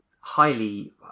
highly